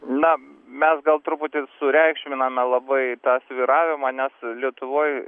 na mes gal truputį sureikšminame labai tą svyravimą nes lietuvoj